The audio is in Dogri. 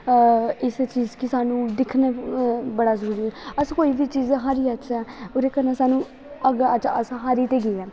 इस चीज गी सानूं दिक्खना बड़ा जरूरी ऐ अस कोई बी चीज हारी जाच्चै ओह्दे कन्नै अच्छा अज्ज अस हारी ते गे ऐ